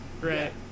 right